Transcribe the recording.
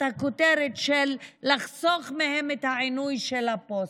הכותרת של לחסוך מהם את העינוי של הפוסטה.